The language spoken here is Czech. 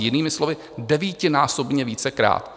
Jinými slovy, devítinásobně vícekrát.